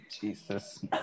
Jesus